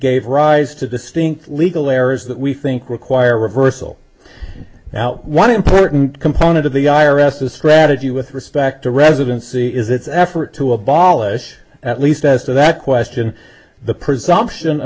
gave rise to distinct legal areas that we think require reversal now one important component of the i r s a strategy with respect to residency is its effort to abolish at least as to that question the presumption